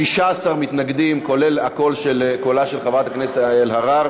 16 מתנגדים, כולל קולה של חברת הכנסת אלהרר.